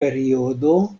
periodo